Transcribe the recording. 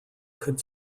could